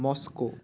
Moscow